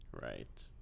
right